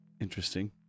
interesting